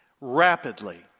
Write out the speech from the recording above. rapidly